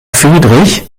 friedrich